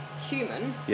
human